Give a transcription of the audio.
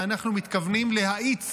ואנחנו מתכוונים להאיץ